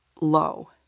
low